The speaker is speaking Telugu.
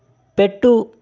పెట్టు